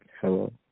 hello